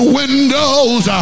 windows